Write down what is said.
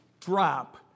drop